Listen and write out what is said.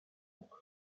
suffer